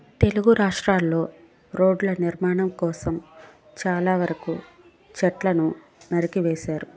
తెలుగు రాష్ట్రాల్లో రోడ్ల నిర్మాణం కోసం చాలావరకు చెట్లను నరికివేశారు